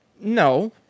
No